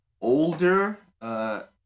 older